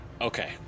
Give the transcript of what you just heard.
Okay